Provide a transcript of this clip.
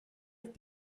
have